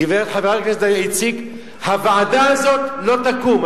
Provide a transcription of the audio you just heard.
גברת חברת הכנסת דליה איציק, הוועדה הזאת לא תקום.